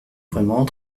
vraiment